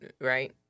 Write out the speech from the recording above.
Right